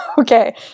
okay